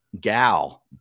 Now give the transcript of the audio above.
gal